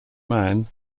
man